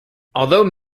although